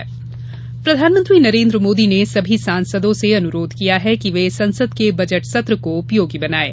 budget सत्र प्रधानमंत्री प्रधानमंत्री नरेन्द्र मोदी ने सभी सांसदों से अनुरोध किया है कि वे संसद के बजट सत्र को उपयोगी बनाये